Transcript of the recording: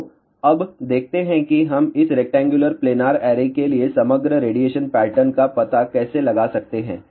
तो अब देखते हैं कि हम इस रेक्टेंगुलर प्लेनार ऐरे के लिए समग्र रेडिएशन पैटर्न का पता कैसे लगा सकते हैं